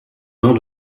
nom